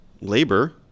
labor